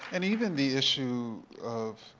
and even the issue of